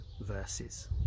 verses